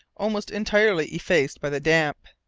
almost entirely effaced by the damp.